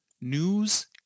news